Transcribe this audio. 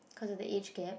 cause of the age gap